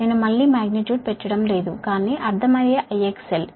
I ను మళ్ళీ magnitude లో పెడుతున్నాం కానీ అర్థమయ్యే IXL